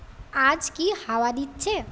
আজ কি হাওয়া দিচ্ছে